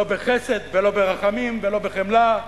לא בחסד ולא ברחמים ולא בחמלה,